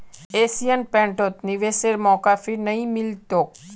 Asian पेंटत निवेशेर मौका फिर नइ मिल तोक